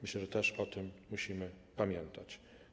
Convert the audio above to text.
Myślę, że też o tym musimy pamiętać.